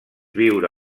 viure